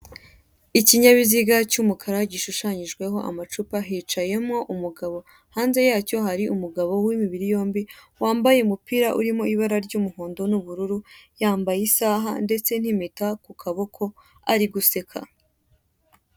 Ikinyabiziga cy'umukara gishushanyijweho amacupa hicayemo umugabo, hanze yacyo hari umugabo w'imibiri yombi wambaye umupira urimo ibara ry'umuhondo n'ubururu, yambaye isaha ndetse n'impeta ku kaboko ari guseka.